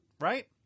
Right